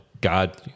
God